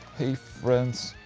hey friends,